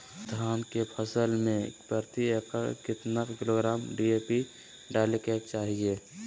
धान के फसल में प्रति एकड़ कितना किलोग्राम डी.ए.पी डाले के चाहिए?